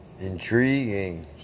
Intriguing